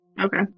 Okay